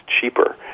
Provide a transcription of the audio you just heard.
cheaper